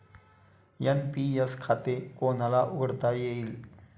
NPS खाते कोणाला उघडता येईल?